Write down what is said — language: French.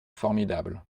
formidable